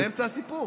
אני באמצע הסיפור.